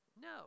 No